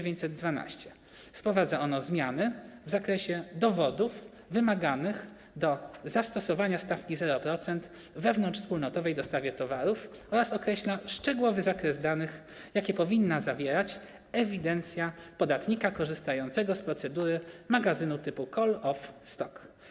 Wprowadza ono zmiany w zakresie dowodów wymaganych do zastosowania stawki 0% w wewnątrzwspólnotowej dostawie towarów oraz określa szczegółowy zakres danych, jakie powinna zawierać ewidencja podatnika korzystającego z procedury magazynu typu call-off stock.